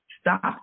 stop